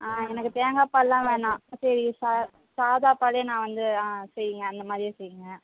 ஆ எனக்கு தேங்காப்பாலெலாம் வேண்ணாம் சரி சா சாதாபாலே நான் வந்து ஆ செய்யுங்க அந்தமாதிரியே செய்யுங்க